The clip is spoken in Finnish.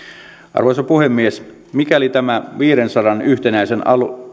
arvoisa puhemies mikäli tämä viidensadan hehtaarin yhtenäisen